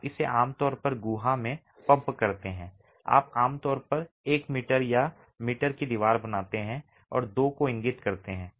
आप इसे आमतौर पर गुहा में पंप करते हैं आप आमतौर पर एक मीटर या मीटर की दीवार बनाते हैं और दो को इंगित करते हैं